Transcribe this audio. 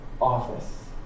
office